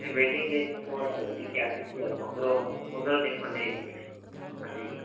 ଏ ୱେଡିଙ୍ଗ୍ରେ ଟିକେ ଆସିଛି ଆଉ ପନ୍ଦର ପନ୍ଦର ଦିନ ଖଣ୍ଡେ ହୋଇଛି